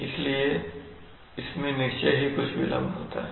इसलिए इसमें निश्चय ही कुछ विलंब होता है